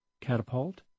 catapult